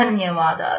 ధన్యవాదాలు